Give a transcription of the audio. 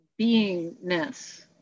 beingness